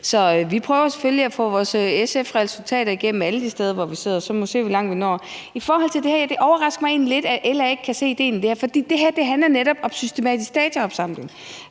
Så vi prøver selvfølgelig at få vores SF-resultater igennem alle de steder, hvor vi sidder, og så må vi se, hvor langt vi når. I forhold til det her overrasker det mig egentlig lidt, at LA ikke kan se idéen med det her. For det her handler netop om systematisk dataopsamling,